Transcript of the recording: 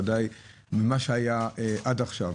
ודאי מה שהיה עד עכשיו.